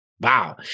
Wow